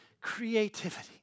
creativity